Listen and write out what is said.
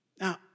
Now